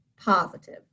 positive